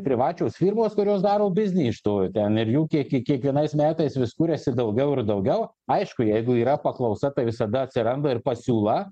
privačios firmos kurios daro biznį iš to ten ir jų kiekį kiekvienais metais vis kuriasi daugiau ir daugiau aišku jeigu yra paklausa tai visada atsiranda ir pasiūla